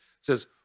says